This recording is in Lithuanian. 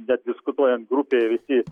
bet diskutuojant grupėje visi